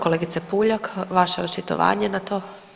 Kolegice Puljak, vaše očitovanje na to.